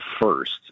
first